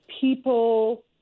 people